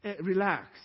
Relax